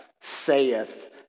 saith